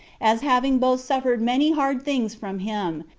as having both suffered many hard things from him,